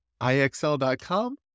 IXL.com